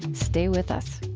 stay with us